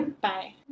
Bye